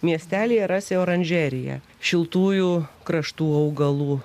miestelyje rasi oranžeriją šiltųjų kraštų augalų